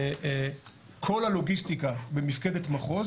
כל הלוגיסטיקה במפקדת מחוז